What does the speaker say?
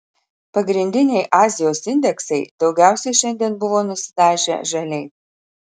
pagrindiniai azijos indeksai daugiausiai šiandien buvo nusidažę žaliai